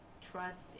trust